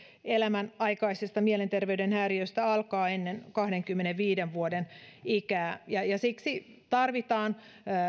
elämänaikaisesta mielenterveyden häiriöstä alkaa ennen kahdenkymmenenviiden vuoden ikää ja ja siksi tarvitaan